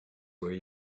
where